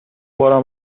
بارم